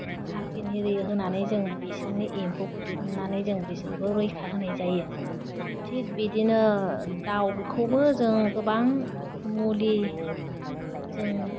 ओह खारफिन हिरि होनानै जों बेसोरनि एम्फौखौ दिहुननानै जों बिसोरखौ रैखा होनाय जायो थिग बिदिनो दावखौबो जों गोबां मुलि जों